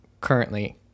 currently